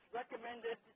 recommended